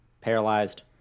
paralyzed